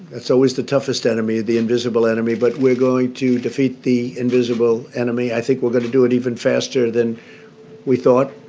that's always the toughest enemy, the invisible enemy. but we're going to defeat the invisible enemy. i think we're going to do it even faster than we thought.